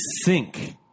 sink